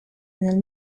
nel